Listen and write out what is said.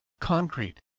concrete